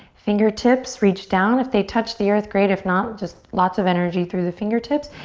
fingertips reach down. if they touch the earth, great. if not, just lots of energy through the fingertips.